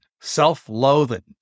self-loathing